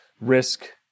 risk